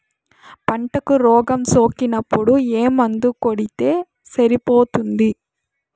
పంటకు రోగం సోకినపుడు ఏ మందు కొడితే సరిపోతుంది?